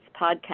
Podcast